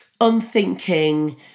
Unthinking